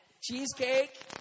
Cheesecake